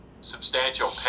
substantial